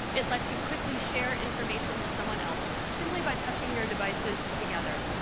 it lets you quickly share information with someone else simply by touching your devices together.